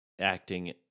acting